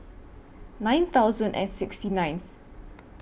nine thousand and sixty ninth